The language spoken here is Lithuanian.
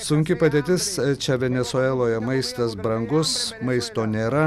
sunki padėtis čia venesueloje maistas brangus maisto nėra